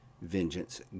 vengeance